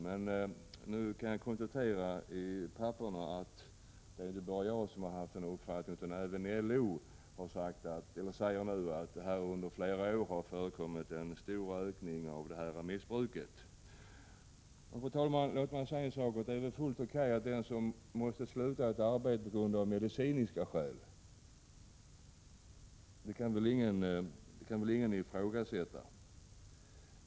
Men nu kan jag konstatera — det framgår av olika handlingar — att det inte bara är jag som har den här uppfattningen. Även LO säger att det varit en stor ökning av detta missbruk under flera år. Fru talman! Jag vill framhålla att det är fullt O.K. att sluta ett arbete av medicinska skäl — för det kan väl ingen ifrågasätta.